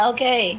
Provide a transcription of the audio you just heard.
Okay